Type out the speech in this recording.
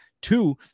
two